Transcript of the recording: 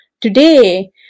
today